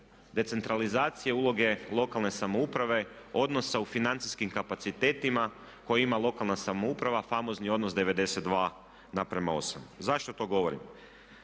decentralizacije uloge lokalne samouprave, odnosa u financijskim kapacitetima koje ima lokalna samouprava, famozni odnos 92:8. Zašto to govorim?